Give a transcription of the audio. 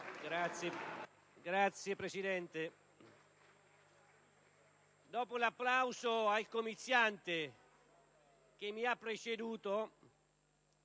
Signor Presidente, dopo l'applauso al comiziante che mi ha preceduto,